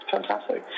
Fantastic